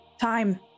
time